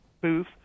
booth